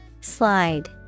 Slide